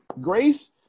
Grace